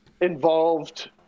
involved